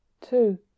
Two